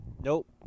Nope